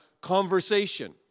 conversation